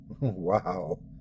Wow